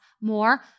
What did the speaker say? more